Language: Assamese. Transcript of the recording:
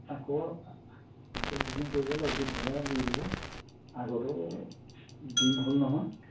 আকৌ আকৌ বুকিং কৰিব লাগিব তেতিয়াহে হেৰি হ'ব আগতো দিন হ'ল নহয়